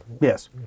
Yes